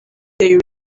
they